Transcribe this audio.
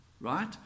right